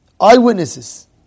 Eyewitnesses